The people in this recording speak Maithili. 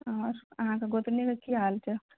आओर अहाँके गोतनी के की हाल छै